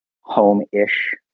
home-ish